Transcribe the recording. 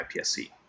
IPSC